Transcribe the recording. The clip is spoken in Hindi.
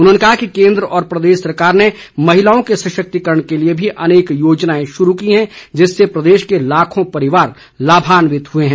उन्होंने कहा कि केन्द्र और प्रदेश सरकार ने महिलाओं के सशक्तिकरण के लिए भी अनेक योजनाएं शुरू की हैं जिससे प्रदेश के लाखों परिवार लाभान्वित हुए हैं